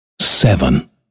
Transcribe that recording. seven